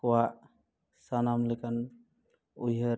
ᱠᱚᱣᱟᱜ ᱥᱟᱱᱟᱢ ᱞᱮᱠᱟᱱ ᱩᱭᱦᱟᱹᱨ